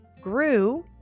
grew